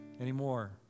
anymore